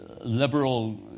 liberal